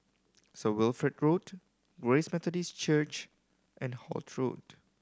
Saint Wilfred Road Grace Methodist Church and Holt Road